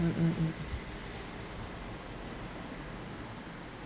mm mm mm